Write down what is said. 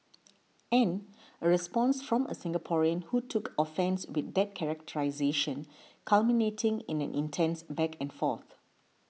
and a response from a Singaporean who took offence with that characterisation culminating in an intense back and forth